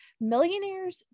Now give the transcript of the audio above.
Millionaires